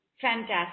Fantastic